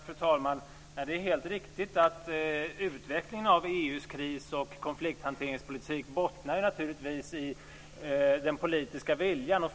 Fru talman! Det är helt riktigt: Utvecklingen av EU:s kris och konflikthanteringspolitik bottnar naturligtvis i den politiska viljan.